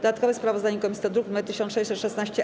Dodatkowe sprawozdanie komisji to druk nr 1616-A.